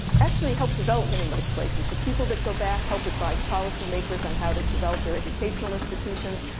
actually help development in those places. the people that go back help advise policymakers on how to develop their educational institutions.